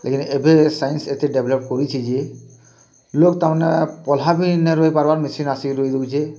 ଲେକିନ୍ ଏବେ ସାଇନ୍ସ୍ ଏତେ ଡେଭ୍ଲପ୍ କରିଛେ ଯେ ଲୋକ୍ ତା' ମାନେ ପଲ୍ହାବି ନାଇଁ ରୁଆଇ ପାର୍ବାର୍ ମେସିନ୍ ଆସିକି ରୁଆଇ ଦଉଛେ